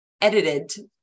edited